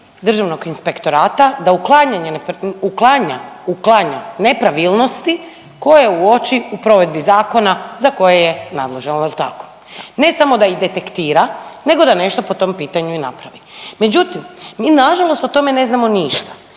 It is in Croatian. Državnog inspektorata da uklanja nepravilnosti koje uoči u provedbi zakona za koje je nadležan, je li tako? Ne samo da ih detektira, nego da nešto po tom pitanju i napravi. Međutim, mi nažalost o tome ne znamo ništa